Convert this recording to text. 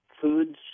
foods